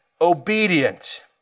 obedient